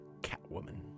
Catwoman